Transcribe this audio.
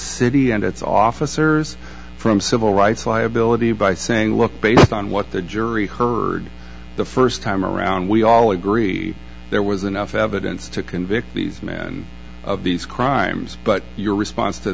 city and its officers from civil rights liability by saying look based on what the jury heard the st time around we all agree there was enough evidence to convict these men of these crimes but your response to